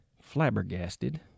flabbergasted